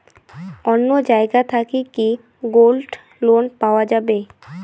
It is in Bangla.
অন্য জায়গা থাকি কি গোল্ড লোন পাওয়া যাবে?